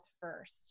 first